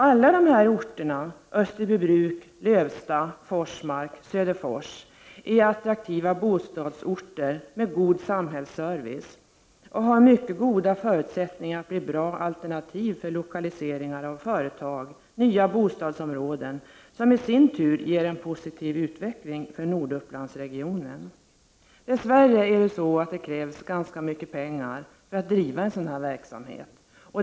Alla de orter som det här handlar om — Österbybruk, Lövsta, Forsmark, Söderfors — är attraktiva bostadsorter med god samhällsservice och mycket goda förutsättningar att bli bra alternativ för lokaliseringar av företag och nya bostadsområden, som i sin tur ger en positiv utveckling för Nordupplandsregionen. Dess värre krävs det ganska mycket pengar för att driva en sådan här verksamhet.